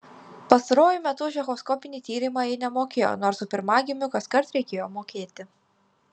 pastaruoju metu už echoskopinį tyrimą ji nemokėjo nors su pirmagimiu kaskart reikėjo mokėti